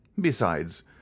Besides